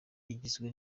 igizwe